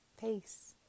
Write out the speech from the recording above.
peace